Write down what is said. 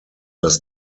das